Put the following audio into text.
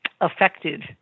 affected